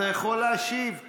אתה יכול להשיב.